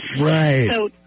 Right